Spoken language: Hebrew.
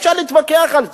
אפשר להתווכח על זה.